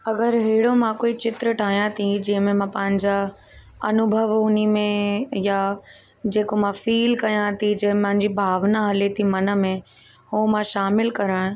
अगरि अहिड़ो मां कोई चित्र ठाहियां थी जंहिं में मां पंहिंजा अनुभव हुन में या जेको मां फ़ील कयां थी जंहिं मांजी भावना हले थी मन में उहो मां शामिलु करण